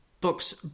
books